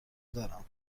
دارم